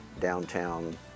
downtown